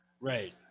Right